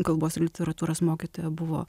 kalbos literatūros mokytoja buvo